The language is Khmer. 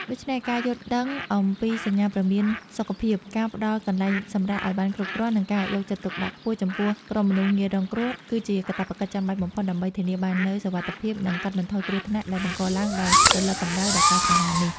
ដូច្នេះ ការយល់ដឹងអំពីសញ្ញាព្រមានសុខភាព ការផ្ដល់កន្លែងសម្រាកឱ្យបានគ្រប់គ្រាន់ និងការយកចិត្តទុកដាក់ខ្ពស់ចំពោះក្រុមមនុស្សងាយរងគ្រោះ គឺជាកាតព្វកិច្ចចាំបាច់បំផុតដើម្បីធានាបាននូវសុវត្ថិភាព និងកាត់បន្ថយគ្រោះថ្នាក់ដែលបង្កឡើងដោយរលកកម្ដៅដ៏កាចសាហាវនេះ។